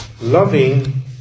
Loving